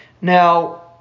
Now